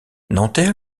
nanterre